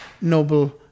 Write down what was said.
noble